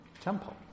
temple